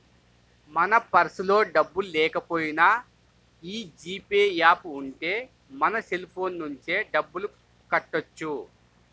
మన పర్సులో డబ్బుల్లేకపోయినా యీ జీ పే యాప్ ఉంటే మన సెల్ ఫోన్ నుంచే డబ్బులు కట్టొచ్చు